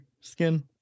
skin